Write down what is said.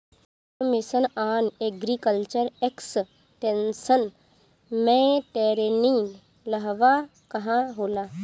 सब mission on agriculture extension मै टेरेनीं कहवा कहा होला?